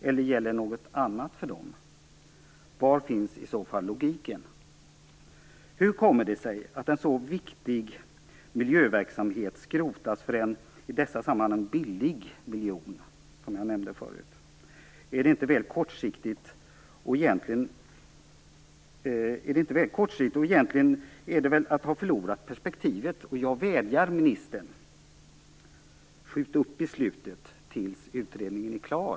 Eller gäller något annat för dem? Var finns i så fall logiken? Hur kommer det sig att en så viktig miljöverksamhet skrotas för en i detta sammanhang "billig" miljon, som jag tidigare var inne på? Är det inte väl kortsiktigt? Egentligen är det väl att ha förlorat perspektivet. Jag vädjar till ministern, skjut upp beslutet tills utredningen är klar.